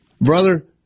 Brother